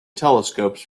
telescopes